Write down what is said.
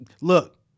look